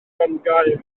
grongaer